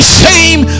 shame